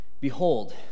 Behold